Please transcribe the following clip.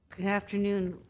good afternoon,